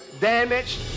damaged